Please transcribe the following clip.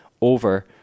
over